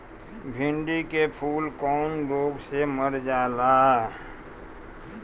भिन्डी के फूल कौने रोग से मर जाला?